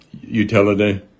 utility